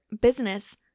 business